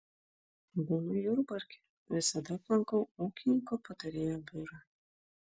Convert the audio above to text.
būnu jurbarke visada aplankau ūkininko patarėjo biurą